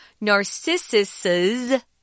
narcissuses